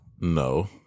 No